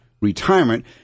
retirement